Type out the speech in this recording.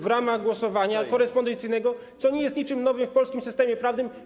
w ramach głosowania korespondencyjnego, co nie jest niczym nowym w polskim systemie prawnym.